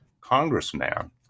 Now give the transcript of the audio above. congressman